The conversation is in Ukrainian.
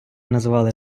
називали